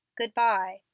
Goodbye